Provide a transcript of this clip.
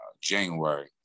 January